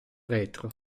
retro